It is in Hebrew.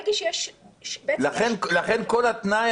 לכן כל התנאי